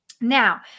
Now